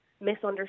misunderstood